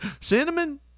Cinnamon